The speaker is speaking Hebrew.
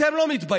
אתם לא מתביישים?